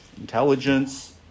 intelligence